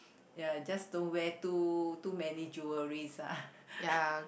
ya it's just don't wear too too many jewelleries lah